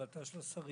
זאת החלטה של השרים.